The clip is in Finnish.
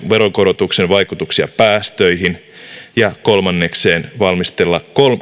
veronkorotuksen vaikutuksia päästöihin ja kolmanneksi valmistella